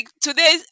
today